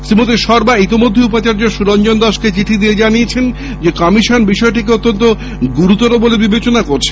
শ্রীমতী শর্মা ইতিমধ্যেই উপাচার্য সুরঞ্জন দাসকে চিঠি দিয়ে জানিয়েছেন যে কমিশন বিষয়টিকে অত্যন্ত গুরুতর বলে বিবেচনা করছে